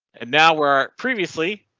and now were previously.